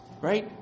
Right